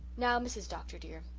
now, mrs. dr. dear,